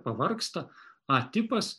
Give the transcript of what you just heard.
pavargsta a tipas